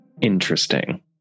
Interesting